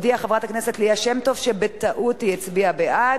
הודיעה חברת הכנסת ליה שמטוב שבטעות היא הצביעה בעד.